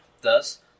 Thus